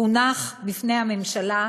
הונח בפני הממשלה,